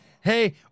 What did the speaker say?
Hey